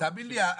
תאמין לי,